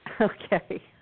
Okay